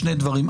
שני דברים.